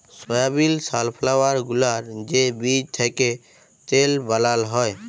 সয়াবিল, sunflower গুলার যে বীজ থ্যাকে তেল বালাল হ্যয়